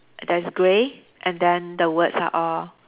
that is grey and then the words are all